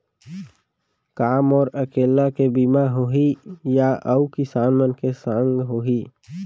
का मोर अकेल्ला के बीमा होही या अऊ किसान मन के संग होही?